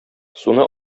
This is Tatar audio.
суны